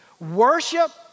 Worship